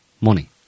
money